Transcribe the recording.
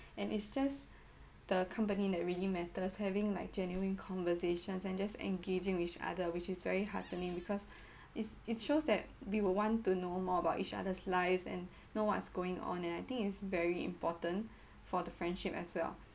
and is just the company that really matters having like genuine conversations and just engaging with each other which is very heartening because it it shows that we will want to know more about each other's lives and know what's going on and I think is very important for the friendship as well